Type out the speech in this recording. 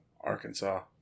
Arkansas